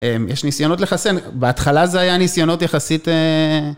יש ניסיונות לחסן, בהתחלה זה היה ניסיונות יחסית...